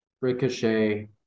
Ricochet